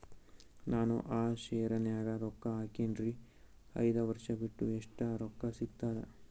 ನಾನು ಆ ಶೇರ ನ್ಯಾಗ ರೊಕ್ಕ ಹಾಕಿನ್ರಿ, ಐದ ವರ್ಷ ಬಿಟ್ಟು ಎಷ್ಟ ರೊಕ್ಕ ಸಿಗ್ತದ?